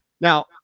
Now